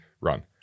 run